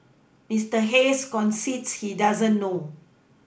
Mister Hayes concedes he doesn't know